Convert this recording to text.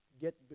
get